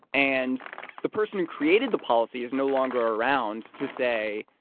and the person who created the policy is no longer around to say,